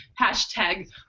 hashtag